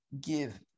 Give